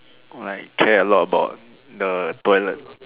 or like care a lot about the toilet